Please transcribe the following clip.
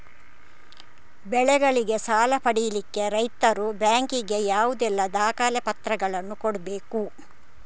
ಬೆಳೆಗಳಿಗೆ ಸಾಲ ಪಡಿಲಿಕ್ಕೆ ರೈತರು ಬ್ಯಾಂಕ್ ಗೆ ಯಾವುದೆಲ್ಲ ದಾಖಲೆಪತ್ರಗಳನ್ನು ಕೊಡ್ಬೇಕು?